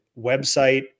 website